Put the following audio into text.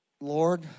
Lord